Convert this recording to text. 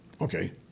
okay